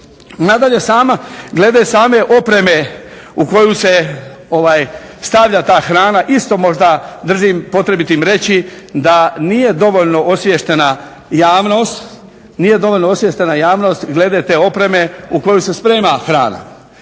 Nadalje, glede same opreme u koju se stavlja ta hrana isto možda držim potrebitim reći da nije dovoljno osviještena javnost glede te opreme u koju se sprema hrana.